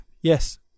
yes